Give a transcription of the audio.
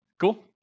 Cool